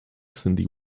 cyndi